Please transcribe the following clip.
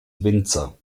winzer